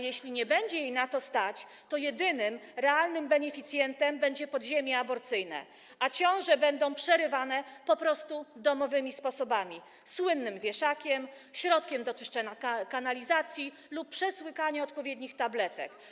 Jeśli nie będzie jej na to stać, to jedynym realnym beneficjentem będzie podziemie aborcyjne, a ciąże będą przerywane po prostu domowymi sposobami - słynnym wieszakiem, środkiem do czyszczenia kanalizacji lub przez łykanie odpowiednich tabletek.